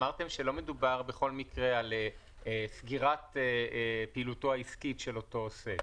אמרתם שלא מדובר בכל מקרה על סגירת פעילותו העסקית של אותו עוסק.